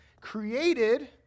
created